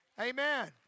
Amen